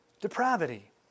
depravity